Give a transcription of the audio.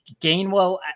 Gainwell